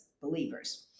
believers